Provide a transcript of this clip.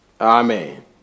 Amen